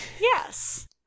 Yes